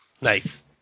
Nice